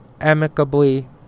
amicably